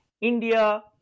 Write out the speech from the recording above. India